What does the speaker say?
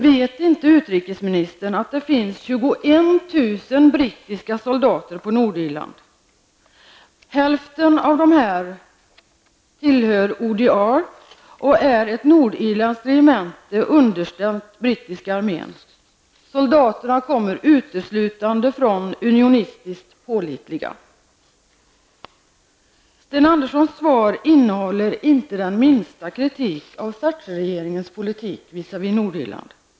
Vet inte utrikesministern att det finns 21 000 brittiska soldater på Nordirland? Hälften av dem tillhör UDR, som är ett nordirländskt regemente underställt brittiska armén. Soldaterna kommer uteslutande från unionistiskt pålitliga. Sten Anderssons svar innehåller inte den minsta kritik av Thatcher-regeringens politik visavi Nordirland.